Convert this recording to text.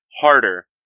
harder